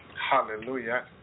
hallelujah